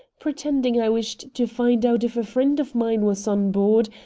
pretending i wished to find out if a friend of mine was on board,